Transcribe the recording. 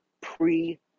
pre